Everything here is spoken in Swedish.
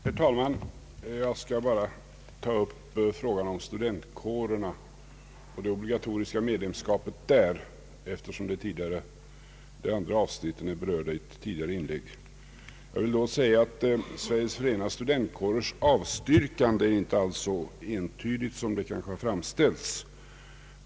Herr talman! Jag skall bara ta upp frågan om studentkårerna och det obligatoriska medlemskapet där, eftersom de andra avsnitten är berörda i ett tidigare inlägg. Jag vill då betona att Sveriges Förenade studentkårers avstyrkande inte alls är så entydigt som det kanske har framställts.